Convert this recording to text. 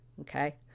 Okay